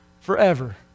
forever